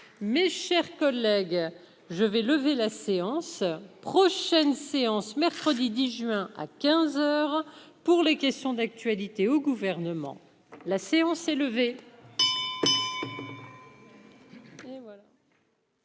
mes chers collègues, je vais lever la séance prochaine séance mercredi 10 juin à 15 heures pour les questions d'actualité au gouvernement, la séance est levée.